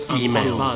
email